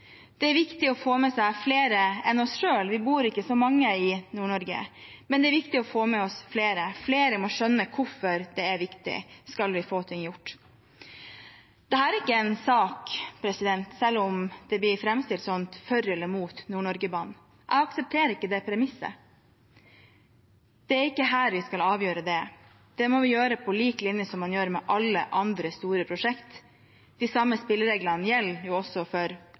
Det er viktig å få med flere enn oss selv – vi er ikke så mange som bor i Nord-Norge, og det er viktig å få med seg flere. Flere må skjønne hvorfor dette er viktig, skal vi få ting gjort. Dette er ikke en sak – selv om det blir framstilt sånn – for eller mot Nord-Norge-banen. Jeg aksepterer ikke det premisset. Det er ikke her vi skal avgjøre det, det må vi gjøre på lik linje med det man gjør med alle andre store prosjekter. De samme spillereglene gjelder jo også for